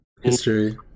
History